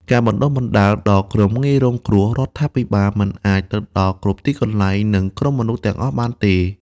ការបណ្តុះបណ្តាលដល់ក្រុមងាយរងគ្រោះ រដ្ឋាភិបាលមិនអាចទៅដល់គ្រប់ទីកន្លែង និងក្រុមមនុស្សទាំងអស់បានទេ។